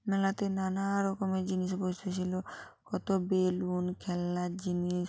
মেলাতে নানা রকমের জিনিস বসেছিলো কতো বেলুন খেলনার জিনিস